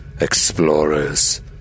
explorers